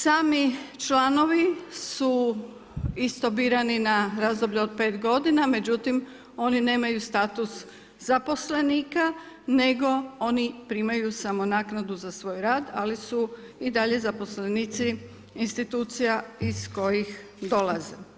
Sami članovi su isto birani na razdoblje od 5 g. međutim oni nemaju status zaposlenika nego oni primaju samo naknadu za svoj rad ali su i dalje zaposlenici institucija iz koji dolaze.